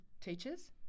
teachers